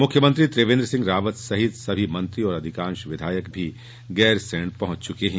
मुख्यमंत्री त्रिवेंद्र सिंह रावत समेत सभी मंत्री और अधिकांश विधायक भी गैरसैंण पहंच चुके हैं